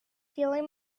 feeling